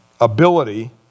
ability